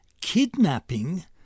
kidnapping